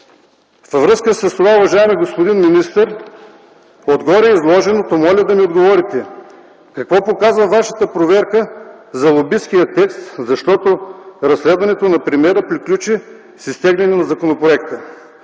Във връзка с това, уважаеми господин министър, от гореизложеното моля да ми отговорите: какво показва Вашата проверка за лобисткия текст, защото разследването на премиера приключи с изтегляне на законопроекта?